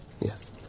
Yes